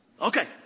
Okay